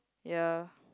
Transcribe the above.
ya